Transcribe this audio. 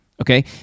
okay